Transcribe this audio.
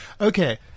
Okay